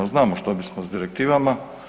Znamo što bismo sa direktivama.